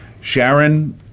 Sharon